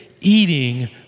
eating